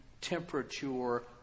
temperature